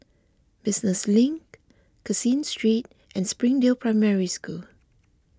Business Link Caseen Street and Springdale Primary School